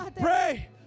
pray